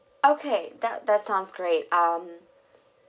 okay that that sounds great um